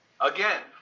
again